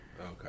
Okay